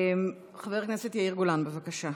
חבר הכנסת יאיר גולן, בבקשה.